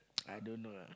I don't know ah